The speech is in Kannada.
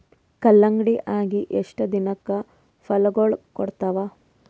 ಕಲ್ಲಂಗಡಿ ಅಗಿ ಎಷ್ಟ ದಿನಕ ಫಲಾಗೋಳ ಕೊಡತಾವ?